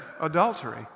adultery